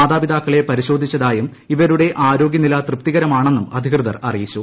മാതാപിതാക്കളെ പരിശോധിച്ചതായും ഇവരുടെ ആരോഗ്യനില തൃപ്തികരമാണെന്നും അധികൃതർ അറിയിച്ചു